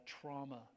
trauma